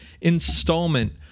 installment